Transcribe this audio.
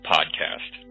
Podcast